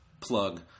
plug